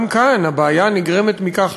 גם כאן הבעיה נגרמת מכך,